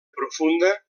profunda